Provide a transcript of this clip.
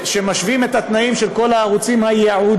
שמשווים את כל התנאים של כל הערוצים הייעודיים.